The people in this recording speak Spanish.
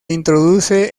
introduce